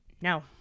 no